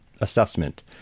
Assessment